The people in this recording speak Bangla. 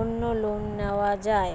অন্য লোন নেওয়া যায়